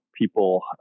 people